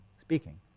speaking